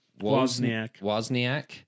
Wozniak